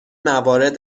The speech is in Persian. موارد